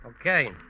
Okay